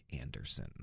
Anderson